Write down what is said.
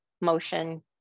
motion